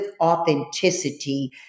authenticity